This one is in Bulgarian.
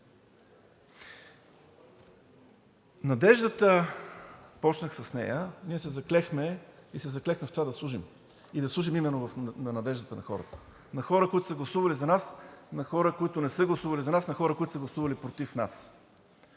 Надеждата, започнах с нея – ние се заклехме и се заклехме в това да служим и да служим именно на надеждата на хората – на хората, които са гласували за нас, на хората, които не са гласували за нас, на хората, които са гласували против нас.